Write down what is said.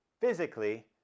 physically